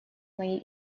мои